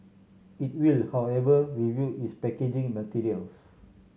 it will however review its packaging materials